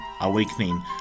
awakening